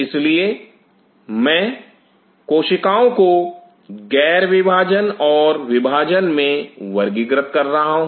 इसलिए मैं कोशिकाओं को गैर विभाजन और विभाजन में वर्गीकृत कर रहा हूं